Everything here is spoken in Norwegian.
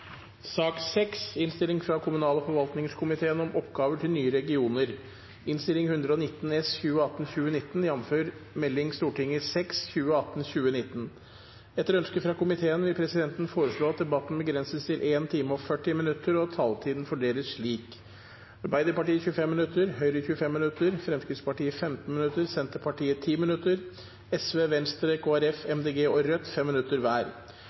sak nr. 5. Etter ønske fra kommunal- og forvaltningskomiteen vil presidenten foreslå at debatten begrenses til 1 time og 40 minutter, og at taletiden fordeles slik: Arbeiderpartiet 25 minutter, Høyre 25 minutter, Fremskrittspartiet 15 minutter, Senterpartiet 10 minutter, Sosialistisk Venstreparti 5 minutter, Venstre 5 minutter, Kristelig Folkeparti 5 minutter, Miljøpartiet De Grønne 5 minutter og Rødt 5 minutter.